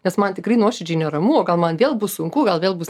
nes man tikrai nuoširdžiai neramu o gal man vėl bus sunku gal vėl bus